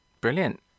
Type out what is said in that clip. Brilliant